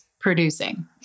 producing